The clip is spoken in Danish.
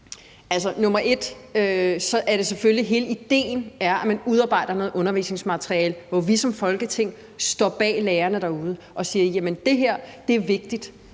sige, at hele idéen selvfølgelig er, at man udarbejder noget undervisningsmateriale, hvor vi som Folketing står bag lærerne derude og siger, at det her er vigtigt